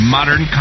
Modern